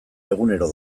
egunero